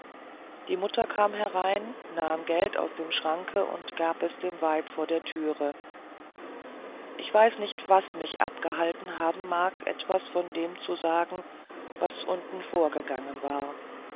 die mutter kam herein nahm geld aus dem schranke und gab es dem weib vor der türe ich weiß nicht was mich abgehalten haben mag etwas von dem zu sagen was eben vorgegangen war